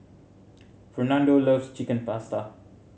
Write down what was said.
Fernando loves Chicken Pasta